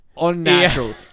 unnatural